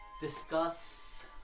discuss